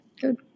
good